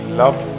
love